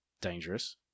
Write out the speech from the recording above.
Dangerous